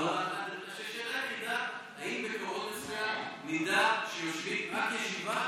השאלה היחידה היא האם בקרון מסוים נדע שיושבים רק ישיבה,